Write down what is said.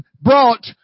brought